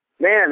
Man